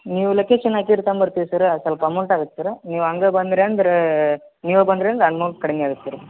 ನೀವು ಲೊಕೇಶನ್ ಹಾಕಿರಿ ತಂಬರ್ತೀವಿ ಸರ ಸ್ವಲ್ಪ ಅಮೌಂಟ್ ಆಗತ್ತೆ ಸರ್ ನೀವು ಹಂಗೆ ಬಂದಿರಿ ಅಂದ್ರೆ ನೀವೇ ಬಂದಿರಿ ಅಂದ್ರೆ ಅಮೌಂಟ್ ಕಡ್ಮೆ ಆಗತ್ತೆ ಸರ್